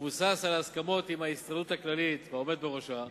המבוסס על ההסכמות עם ההסתדרות הכללית והעומד בראשה,